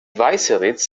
weißeritz